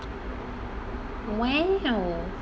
!wow!